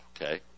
Okay